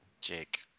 Jake